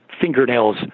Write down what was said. fingernails